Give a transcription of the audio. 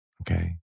Okay